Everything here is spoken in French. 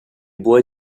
boit